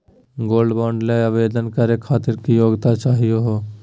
Gold bond ल आवेदन करे खातीर की योग्यता चाहियो हो?